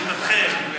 לשיטתכם,